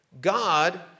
God